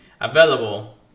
available